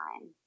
time